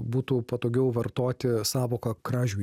būtų patogiau vartoti sąvoką kražių